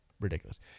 ridiculous